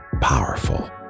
powerful